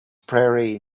prairie